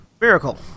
Miracle